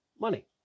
money